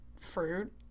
fruit